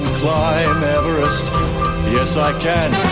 climb everest yes, i can